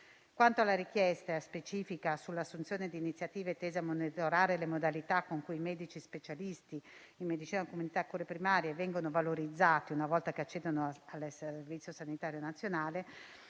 Quanto alla richiesta specifica sull'assunzione di iniziative tese a monitorare le modalità con cui i medici specialisti in medicina di comunità e cure primarie vengono valorizzati una volta che accedono al Servizio sanitario nazionale